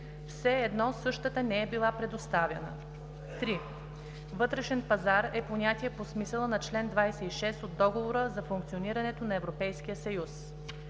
все едно същата не е била предоставяна. 3. „Вътрешен пазар“ е понятие по смисъла на чл. 26 от Договора за функционирането на Европейския съюз.